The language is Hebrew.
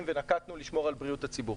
ונקטנו כדי לשמור על בריאות הציבור.